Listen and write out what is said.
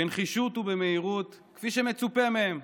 בנחישות ובמהירות, כפי שמצופה מהם.